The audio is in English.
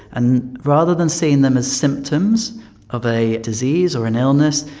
and rather than seeing them as symptoms of a disease or an illness,